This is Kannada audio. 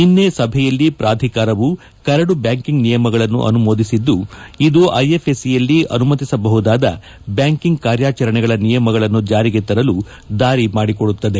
ನಿನ್ನೆ ಸಭೆಯಲ್ಲಿ ಪ್ರಾಧಿಕಾರವು ಕರಡು ಬ್ಯಾಂಕಿಂಗ್ ನಿಯಮಗಳನ್ನು ಅನುಮೋದಿಸಿದ್ದು ಇದು ಐಎಫ್ಎಸ್ಪಿಯಲ್ಲಿ ಅನುಮತಿಸಬಹುದಾದ ಬ್ಯಾಂಕಿಂಗ್ ಕಾರ್ಯಾಚರಣೆಗಳ ನಿಯಮಗಳನ್ನು ಜಾರಿಗೆ ತರಲು ದಾರಿ ಮಾಡಿಕೊಡುತ್ತದೆ